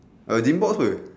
our gym box per